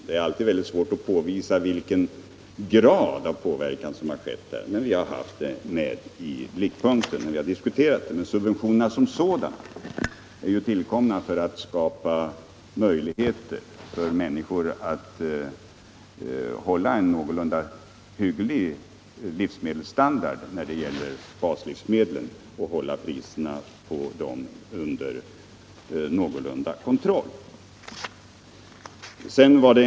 Det är mycket svårt att påvisa vilken grad av påverkan som förekommit, men vi har denna aspekt i åtanke i våra diskussioner. Subventionerna som sådana är ju till för att hålla priserna på baslivsmedlen nere och därigenom skapa möjligheter för människor att ha en hygglig livsmedelsstandard.